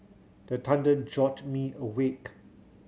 the thunder jolt me awake